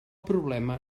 problema